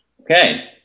Okay